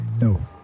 No